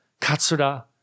Katsura